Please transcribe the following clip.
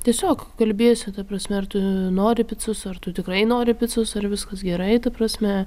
tiesiog kalbiesi ta prasme ar tu nori picos ar tu tikrai nori picos ar viskas gerai ta prasme